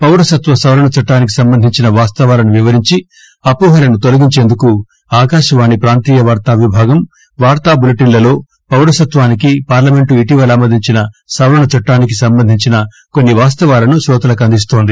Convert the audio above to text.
పౌరసత్వ సవరణ చట్లానికి సంబంధించిన వాస్తవాలను వివరించి అపోహలను తొలగించేందుకు ఆకాశవాణి ప్రాంతీయ వార్తా విభాగం వార్తా బులెటిన్ లలో పౌర సత్సానికి పార్లమెంటు ఇటీవల ఆమోదించిన సవరణ చట్లానికి సంబంధించిన కొన్పి వాస్తవాలను శ్రోతలకు అందిస్తోంది